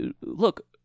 look